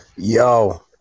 Yo